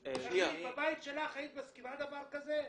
בבית שלך היית מסכימה לדבר כזה?